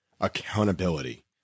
accountability